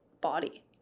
body